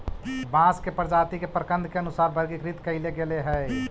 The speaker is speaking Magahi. बांस के प्रजाती के प्रकन्द के अनुसार वर्गीकृत कईल गेले हई